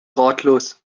ratlos